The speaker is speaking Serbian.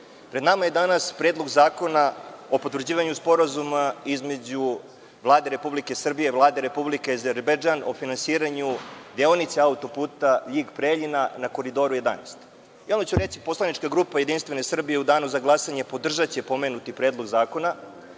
pred nama je danas Predlog zakona o potvrđivanju sporazuma između Vlade Republike Srbije i Vlade Republike Azerbejdžan o finansiranju deonice autoputa Ljig – Preljina na Koridoru 11.Odmah ću reći, poslanička grupa JS u danu za glasanje podržaće pomenuti Predlog zakona,